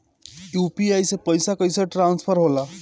UPI से पैसा कैसे ट्रांसफर होला?